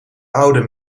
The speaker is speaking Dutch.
oude